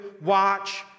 watch